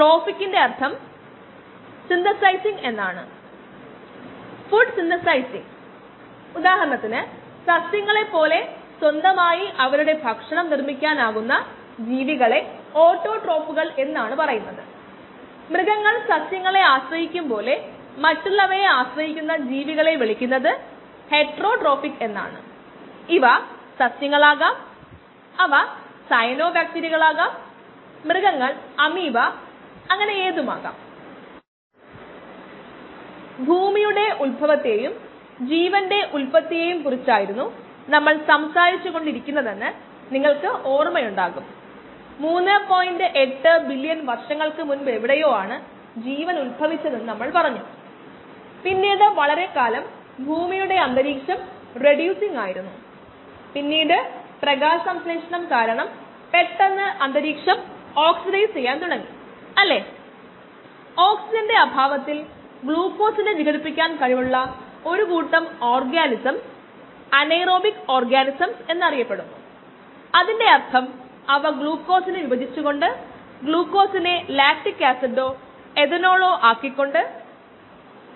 5 ആണെങ്കിൽ ഇവിടെ x ന്റെ ആവശ്യകത 2 x naught x naught x നോട്ടിനെ ഒഴിവാക്കി യാൽ ഇത് ln 2 ആണ്